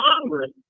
Congress